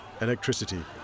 electricity